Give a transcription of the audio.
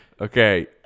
Okay